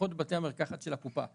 לפחות בבתי המרקחת של הקופה,